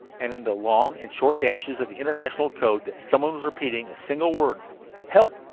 and in the long and short dashes of the international code that someone was repeating a single word help!